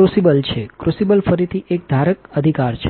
crucible છેક્રુસિબલ ફરીથી એક ધારક અધિકાર છે